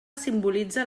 simbolitza